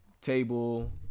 table